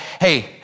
hey